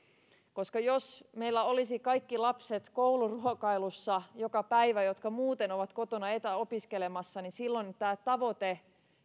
jos meillä olisi kouluruokailussa joka päivä jotka muuten ovat kotona etäopiskelemassa niin silloinhan tämä tavoite